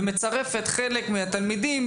ומצרפת חלק מהתלמידים,